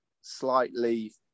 slightly